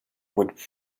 with